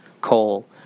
coal